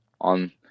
on